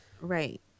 right